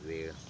वेळ